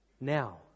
now